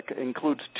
includes